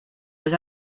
was